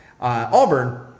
Auburn